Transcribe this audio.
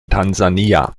tansania